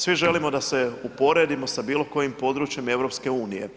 Svi želimo da se uporedimo sa bilo kojim područjem EU.